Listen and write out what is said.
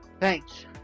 Thanks